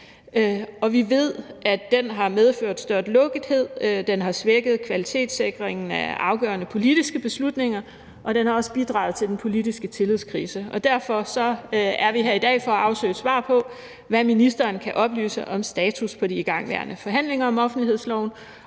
Og vi ved, at den har medført større lukkethed, den har svækket kvalitetssikringen af afgørende politiske beslutninger, og den har også bidraget til den politiske tillidskrise. Derfor er vi her i dag for at afsøge svar på, hvad ministeren kan oplyse om status på de igangværende forhandlinger om offentlighedsloven,